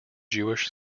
jewish